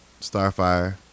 Starfire